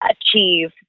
achieve